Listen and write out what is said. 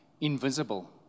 invisible